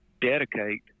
dedicate